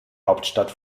hauptstadt